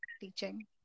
teaching